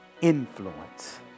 influence